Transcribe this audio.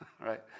right